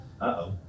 uh-oh